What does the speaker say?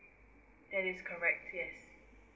that is correct yes